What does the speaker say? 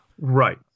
Right